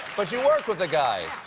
but you worked with the guy.